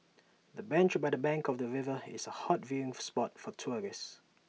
the bench by the bank of the river is A hot viewing spot for tourists